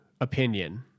opinion